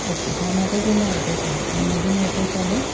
okay हा माझा जुना ॲड्रेस आहे आणि नवीन ॲड्रेस आहे